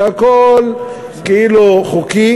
והכול כאילו חוקי